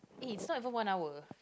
eh it's not even one hour